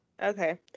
Okay